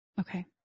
Okay